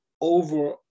over